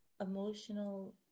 emotional